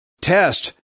test